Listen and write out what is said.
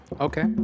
Okay